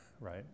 right